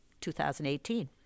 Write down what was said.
2018